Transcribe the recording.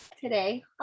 today